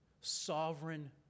sovereign